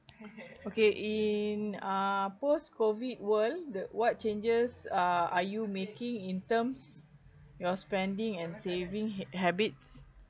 okay in uh post COVID world the what changes uh are you making in terms your spending and saving ha~ habits